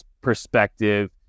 perspective